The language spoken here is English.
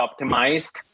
optimized